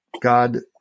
God